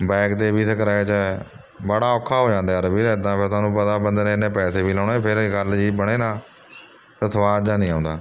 back 'ਤੇ ਵੀ scratch ਹੈ ਬੜਾ ਔਖਾ ਹੋ ਜਾਂਦਾ ਯਾਰ ਵੀਰ ਐਦਾਂ ਫਿਰ ਤੁਹਾਨੂੰ ਪਤਾ ਬੰਦੇ ਨੇ ਐਨੇ ਪੈਸੇ ਵੀ ਲਾਉਣੇ ਫਿਰ ਵੀ ਗੱਲ ਜਿਹੀ ਬਣੇ ਨਾ ਫੇਰ ਸਵਾਦ ਜਿਹਾ ਨਹੀਂ ਆਉਂਦਾ